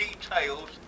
details